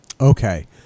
Okay